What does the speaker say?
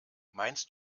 meinst